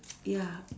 ya